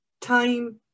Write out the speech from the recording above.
Time